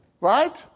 Right